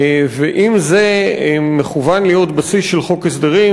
אם זה מכוון להיות בסיס של חוק הסדרים,